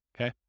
okay